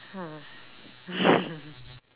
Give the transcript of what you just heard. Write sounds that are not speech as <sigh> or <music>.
hmm <laughs>